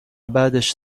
بعدش